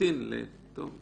אז